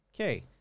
Okay